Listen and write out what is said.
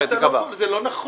לא, אין דבר כזה, זה לא נכון.